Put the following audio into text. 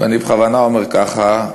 ואני בכוונה אומר ככה,